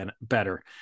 better